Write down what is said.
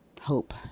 hope